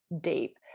deep